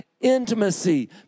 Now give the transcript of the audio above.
Intimacy